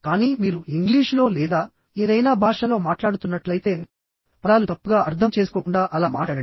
కానీ మీరు ఇంగ్లీషులో లేదా ఏదైనా భాషలో మాట్లాడుతున్నట్లయితేపదాలు తప్పుగా అర్థం చేసుకోకుండా అలా మాట్లాడండి